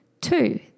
Two